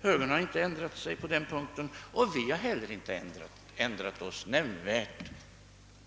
Högern har inte ändrat sig på den punkten, och inte heller vi har ändrat oss nämnvärt